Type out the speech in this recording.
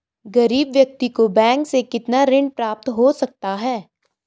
गरीब व्यक्ति को बैंक से कितना ऋण प्राप्त हो सकता है?